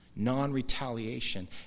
non-retaliation